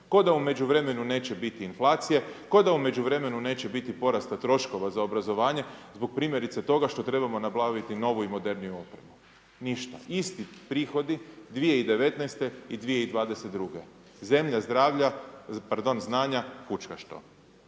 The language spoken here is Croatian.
kao da u međuvremenu neće biti inflacije, kao da u međuvremenu neće biti porasta troškova za obrazovanje zbog primjerice toga što trebamo nabaviti novu i moderniju opremu. Ništa. Isti prihodi 2019. i 2022. Zemlja zdravlja, pardon